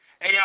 Hey